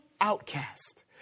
outcast